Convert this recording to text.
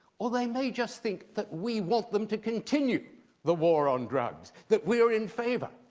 or they may just think that we want them to continue the war on drugs, that we are in favor.